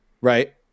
right